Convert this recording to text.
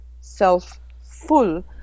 self-full